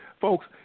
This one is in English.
Folks